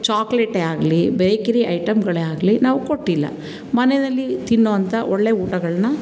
ಚಾಕ್ಲೆಟೇ ಆಗಲಿ ಬೇಕ್ರಿ ಐಟಮ್ಗಳೇ ಆಗಲಿ ನಾವು ಕೊಟ್ಟಿಲ್ಲ ಮನೆಯಲ್ಲಿ ತಿನ್ನುವಂಥ ಒಳ್ಳೆಯ ಊಟಗಳನ್ನ